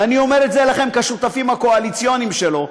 אני אומר את זה לכם, כשותפים הקואליציוניים שלו,